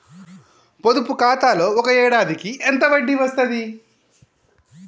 పొదుపు ఖాతాలో ఒక ఏడాదికి ఎంత వడ్డీ వస్తది?